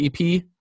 EP